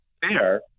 fair